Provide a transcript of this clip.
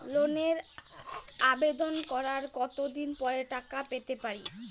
লোনের আবেদন করার কত দিন পরে টাকা পেতে পারি?